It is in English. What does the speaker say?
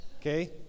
okay